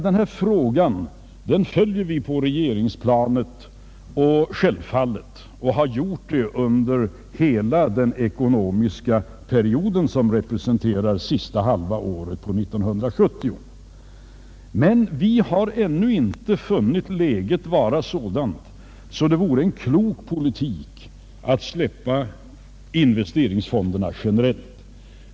Denna fråga följer vi självfallet på regeringsplanet, och det har vi gjort under hela den ekonomiska period som sista halvåret av 1970 representerar. Vi har emellertid ännu inte funnit läget vara sådant att det vore en klok politik att släppa investeringsfonderna generellt.